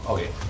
Okay